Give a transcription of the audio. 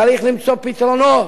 צריך למצוא פתרונות,